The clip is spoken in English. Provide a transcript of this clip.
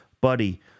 Buddy